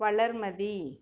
Valarmathi